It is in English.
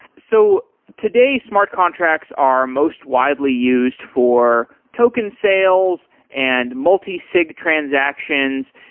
so today smart contracts are most widely used for token sales and multi-sig transactions,